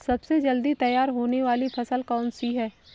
सबसे जल्दी तैयार होने वाली फसल कौन सी है?